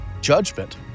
judgment